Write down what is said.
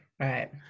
right